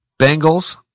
Bengals